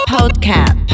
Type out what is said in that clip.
Podcast